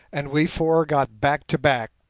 and we four got back to back,